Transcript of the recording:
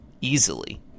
easily